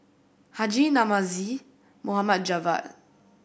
Haji Namazie Mohd Javad